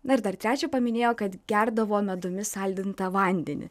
na ir dar trečią paminėjo kad gerdavo medumi saldintą vandenį